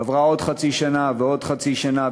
עברה עוד חצי שנה ועוד חצי שנה,